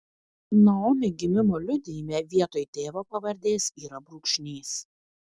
naomi gimimo liudijime vietoj tėvo pavardės yra brūkšnys